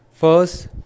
First